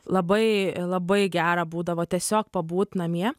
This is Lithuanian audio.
labai labai gera būdavo tiesiog pabūt namie